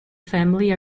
family